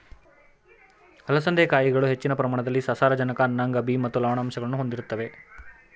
ಅಲಸಂದೆ ಕಾಯಿಗಳು ಹೆಚ್ಚಿನ ಪ್ರಮಾಣದಲ್ಲಿ ಸಸಾರಜನಕ ಅನ್ನಾಂಗ ಬಿ ಮತ್ತು ಲವಣಾಂಶಗಳನ್ನು ಹೊಂದಿರುತ್ವೆ